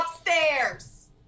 upstairs